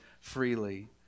freely